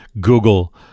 Google